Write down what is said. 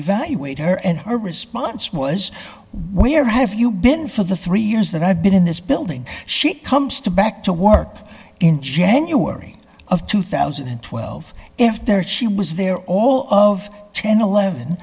evaluate her and her response was where have you been for the three years that i've been in this building she comes to back to work in january of two thousand and twelve after she was there all of